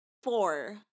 Four